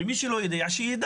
ומי שלא יודע שידע.